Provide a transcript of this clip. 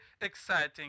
exciting